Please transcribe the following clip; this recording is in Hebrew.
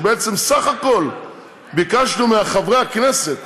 כשבעצם בסך הכול ביקשנו מחברי הכנסת